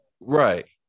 right